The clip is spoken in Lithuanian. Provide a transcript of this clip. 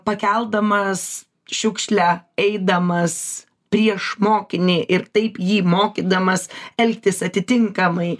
pakeldamas šiukšlę eidamas prieš mokinį ir taip jį mokydamas elgtis atitinkamai